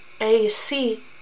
AC